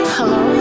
Hello